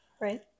Right